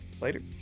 Later